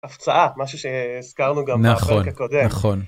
הפצעה משהו שהזכרנו גם בפרק הקודם. - נכון, נכון.